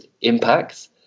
impacts